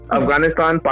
Afghanistan